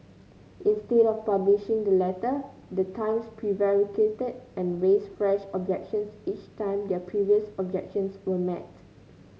instead of publishing the letter the Times prevaricated and raised fresh objections each time their previous objections were met